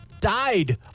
died